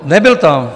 Nebyl tam.